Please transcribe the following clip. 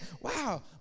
Wow